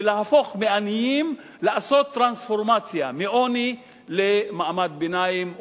ולעשות טרנספורמציה מעוני למעמד ביניים,